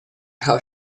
how